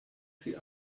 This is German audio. sie